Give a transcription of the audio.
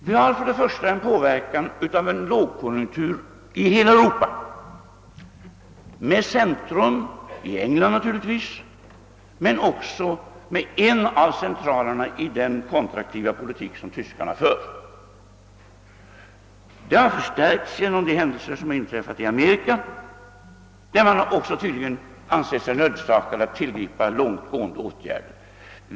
Det första är att vi påverkas av lågkonjunkturen i hela Europa — naturligtvis med centrum i England men också med en av sina centraler i den kontraktiva politik som tyskarna för — och denna påverkan har förstärkts av händelserna i USA, där man också har ansett sig nödsakad tillgripa långt gående åtgärder.